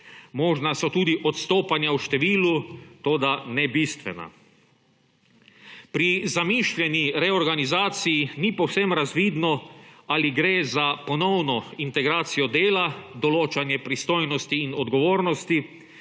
Možna so tudi odstopanja v številu, toda ne bistvena. Pri zamišljeni reorganizaciji ni povsem razvidno, ali gre za ponovno integracijo dela, določanje pristojnosti in odgovornosti,